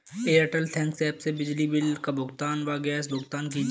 Airtel thanks app से बिजली bill का भुगतान व गैस भुगतान कीजिए